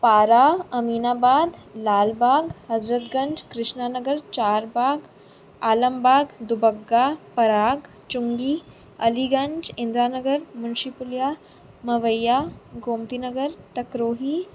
Para Aminabad Lalbagh Hazratganj Krishna Nagar Charbagh Alambagh Dubagga Parag Chungi Aliganj Indira Nagar Munshi Puliya Mawaiya Gomti Nagar Takrohi